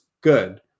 good